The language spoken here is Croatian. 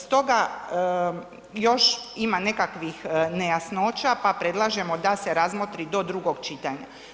Stoga, još ima nekakvih nejasnoća pa predlažemo da se razmotri do drugog čitanja.